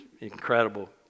incredible